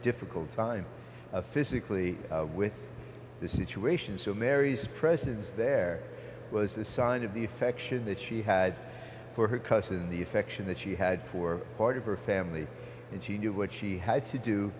difficult time physically with the situation so mary's presence there was a sign of the affection that she had for her cousin the affection that she had for part of her family and she knew what she had to do